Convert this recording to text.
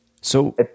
So-